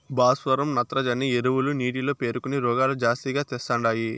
భాస్వరం నత్రజని ఎరువులు నీటిలో పేరుకొని రోగాలు జాస్తిగా తెస్తండాయి